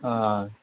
अँ